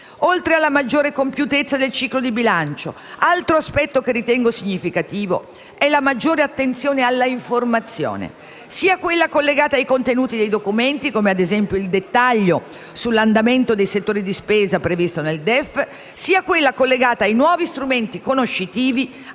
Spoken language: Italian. Oltre alla maggiore compiutezza del ciclo di bilancio, altro aspetto che ritengo significativo è la maggiore attenzione alla informazione, sia quella collegata ai contenuti dei documenti, come ad esempio il dettaglio sull'andamento dei settori di spesa previsto nel DEF, sia quella collegata ai nuovi strumenti conoscitivi